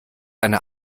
eine